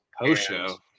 Post-show